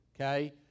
okay